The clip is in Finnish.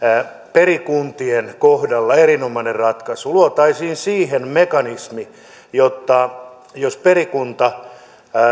perikuntien kohdalla erinomainen ratkaisu luotaisiin siihen mekanismi jotta jos perikunta